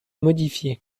modifiée